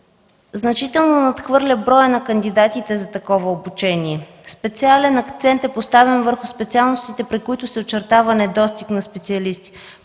значително надхвърля броя на кандидатите за такова обучение. Специален акцент е поставен върху специалностите, при които се очертава недостиг на специалисти.